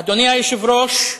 אדוני היושב-ראש,